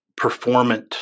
performant